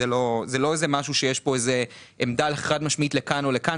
זה לא משהו שיש פה עמדה חד-משמעית לכאן או לכאן,